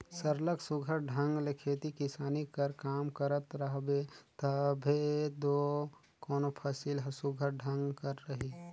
सरलग सुग्घर ढंग ले खेती किसानी कर काम करत रहबे तबे दो कोनो फसिल हर सुघर ढंग कर रही